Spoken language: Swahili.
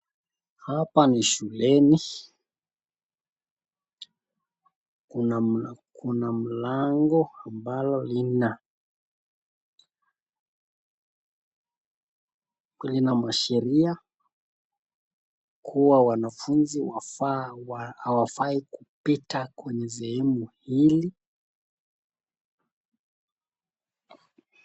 Hapa ni shuleni. Kuna mlango ambalo lina masheria kuwa wanafunzi hawafai kupita kwenye sehemu hili.